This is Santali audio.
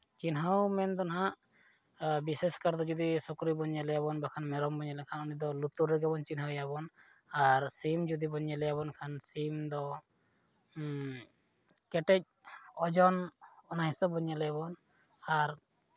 ᱪᱤᱱᱦᱟᱹᱣ ᱢᱮᱱᱫᱚ ᱱᱟᱜᱷ ᱵᱤᱥᱮᱥ ᱠᱟᱨᱛᱮ ᱥᱩᱠᱨᱤ ᱵᱚᱱ ᱧᱮᱞᱮᱭᱟ ᱵᱟᱠᱷᱟᱱ ᱢᱮᱨᱚᱢ ᱵᱚᱱ ᱧᱮᱞ ᱞᱮᱠᱷᱟᱱ ᱩᱱᱤ ᱫᱚ ᱞᱩᱛᱩᱨ ᱨᱮᱜᱮ ᱵᱚᱱ ᱪᱤᱱᱦᱟᱹᱣ ᱮᱭᱟ ᱵᱚᱱ ᱟᱨ ᱥᱤᱢ ᱡᱩᱫᱤ ᱵᱚᱱ ᱧᱮᱞᱮᱭᱟ ᱥᱤᱢ ᱫᱚ ᱠᱮᱴᱮᱡ ᱳᱡᱚᱱ ᱚᱱᱟ ᱦᱤᱥᱟᱹᱵ ᱵᱚᱱ ᱧᱮᱞᱮᱭᱟᱵᱚᱱ ᱟᱨ